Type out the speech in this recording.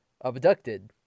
abducted